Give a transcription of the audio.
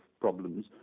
problems